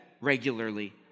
regularly